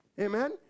Amen